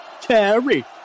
Terry